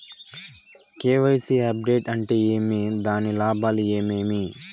KYC update అంటే ఏమి? దాని లాభాలు ఏమేమి?